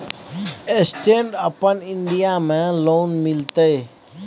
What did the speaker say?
Stand up India में loan मिलते?